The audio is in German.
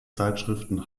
zeitschriften